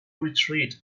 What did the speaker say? retreat